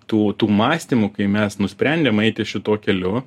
tų tų mąstymų kai mes nusprendėm eiti šituo keliu